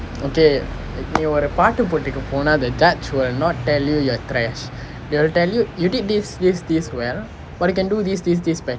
okay நீ ஒரு பாட்டு போட்டிக்கு போனேனா:ni oru paattu potikku ponenaa the judge will not tell you you're trash they'll tell you you did this this this well but you can do this this this better